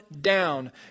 down